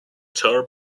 tour